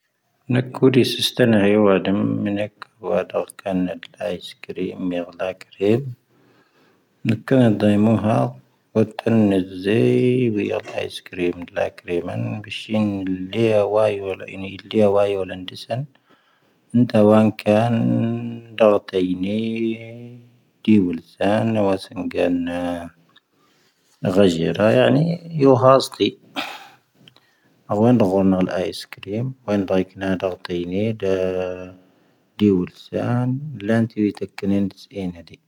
ⵏⴰⴽⵓ ⴷⵉ ⵙⵉⵙⵜⴰⵏⵀⴰ ⵢⴰⵡⴰⴷ ⵎⵏⴰⴽ ⵡⴰ ⴷⴰⵡ ⴽⴰⵏ ⴰⵍⴰ ⵉcⴻ cⵔⴻⴰⵎ ⵎⴻⵡ ⴷⴰ ⴽⴰⵔⴻⴻⴱ. ⵏⴰⴽⵓ ⴰⵏ ⴷⵀⴰⵉⵎⵓⵀⴰⴰ, ⵡoⵜⴰⵏ ⵏⵉⵣⵣⴻⵉ ⵡⴻ ⴰⵍⴰ ⵉcⴻ cⵔⴻⴰⵎ ⵎⴻⵡ ⴷⴰ ⴽⴰⵔⴻⴻⴱ. ⴱⵉⵙⵀⵉⵏ ⵍⵉⵢⴰ ⵡⴰ ⵢⴰⵡⴰⵏ, ⵉⵏⵉ ⵍⵉⵢⴰ ⵡⴰ ⵢⴰⵡⴰⵏ ⵏⵉⵙⴻⵏ. ⵏⵏⴷⴰⵡⴰⵏ ⴽⴰⵏ ⴷⴰⵔⵜⴰⵉⵏⵉ ⴷⵉ ⵡⵉⵍⵣⴰⵏ ⵡⴰ ⵙⵉⵏⴳⴰⵏ ⴳⴰⵊⴻⵔⴰ. ⵢoⵀⴰⵙⵜⵉ. ⴰⵡⴻⵏ ⵔoⵏ ⴰⵍ ⵉcⴻ cⵔⴻⴰⵎ. ⵡⴻⵏⴷⵔⴻⵉⴽ ⵏⴰⵏ ⴷⴰⵔ ⵜⴰⵉⵏⵉ. ⴷⴰ ⴷⵉⵓⵍ ⵙⴰⵏ. ⵍⴰⵏ ⵜⵡⵉ ⵜⴻⴽⵉⵏⵉⵏ ⴷⵉⵙ ⴻⵏⴻ ⴷⴻ.